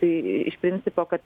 tai iš principo kad